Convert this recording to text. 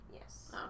Yes